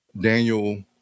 Daniel